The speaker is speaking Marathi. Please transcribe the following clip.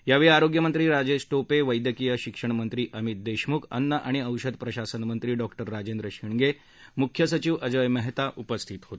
यावेळी आरोग्यमंत्री राजेश टोपे वैद्यकीय शिक्षण मंत्री अमित देशमुख अन्न आणि औषध प्रशासन मंत्री डॉक्टर राजेंद्र शिंगणे मुख्य सचिव अजोय मेहता उपस्थित होते